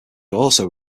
also